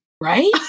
Right